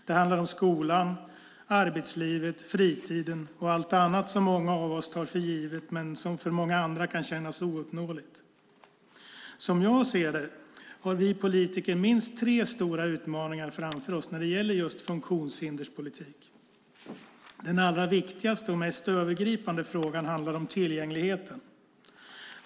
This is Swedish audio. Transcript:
Det handlar om skolan, arbetslivet, fritiden och allt annat som många av oss tar för givet men som för många andra kan kännas ouppnåeligt. Som jag ser det har vi politiker minst tre stora utmaningar framför oss när det gäller just funktionshinderspolitik. Den allra viktigaste och mest övergripande frågan handlar om tillgängligheten.